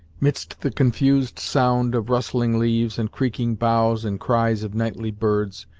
midst the confused sound of rustling leaves, and creaking boughs, and cries of nightly birds,